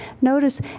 Notice